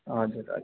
हजुर हजुर